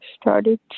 started